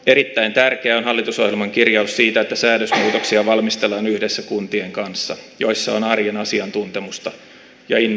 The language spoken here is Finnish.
erittäin tärkeä on hallitusohjelman kirjaus siitä että säädösmuutoksia valmistellaan yhdessä kuntien kanssa joissa on arjen asiantuntemusta ja innovointikykyä